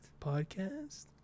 Podcast